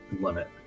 limit